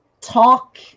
talk